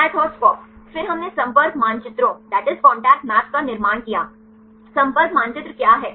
CATH और SCOP फिर हमने संपर्क मानचित्रों का निर्माण किया संपर्क मानचित्र क्या है